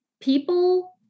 people-